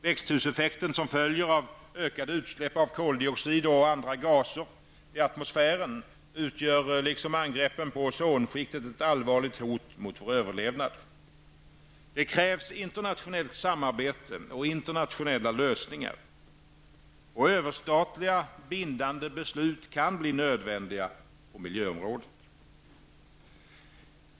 Växthuseffekten, som följer av ökade utsläpp av koldioxid och andra gaser till atmosfären utgör, liksom angreppen på ozonskiktet, ett allvarligt hot mot vår överlevnad. Det krävs internationellt samarbete och internationella lösningar. Överstatliga bindande beslut kan bli nödvändiga på miljöområdet.